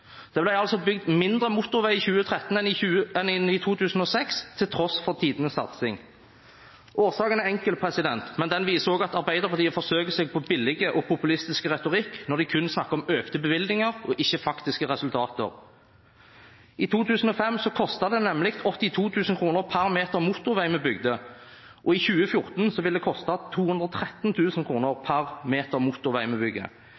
Det ble altså bygd mindre motorvei i 2013 enn i 2006, til tross for tidenes satsing. Årsaken er enkel, men den viser også at Arbeiderpartiet forsøker seg på billig og populistisk retorikk når de kun snakker om økte bevilgninger og ikke faktiske resultater. I 2005 kostet det nemlig 82 000 kr per meter motorvei vi bygde, i 2014 vil det koste